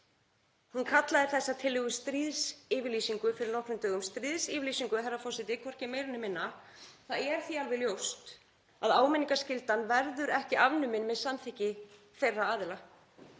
Hún kallaði þessa tillögu stríðsyfirlýsingu fyrir nokkrum dögum, stríðsyfirlýsingu, herra forseti, hvorki meira né minna. Það er því alveg ljóst að áminningarskyldan verður ekki afnumin með samþykki þeirra aðila.